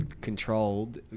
controlled